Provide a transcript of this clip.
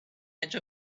edge